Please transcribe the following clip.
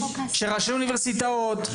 שראשי אוניברסיטאות,